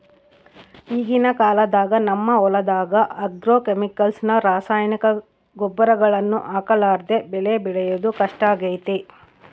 ಈಗಿನ ಕಾಲದಾಗ ನಮ್ಮ ಹೊಲದಗ ಆಗ್ರೋಕೆಮಿಕಲ್ಸ್ ನ ರಾಸಾಯನಿಕ ಗೊಬ್ಬರಗಳನ್ನ ಹಾಕರ್ಲಾದೆ ಬೆಳೆ ಬೆಳೆದು ಕಷ್ಟಾಗೆತೆ